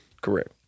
Correct